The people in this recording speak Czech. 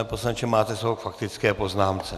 Pane poslanče, máte slovo k faktické poznámce.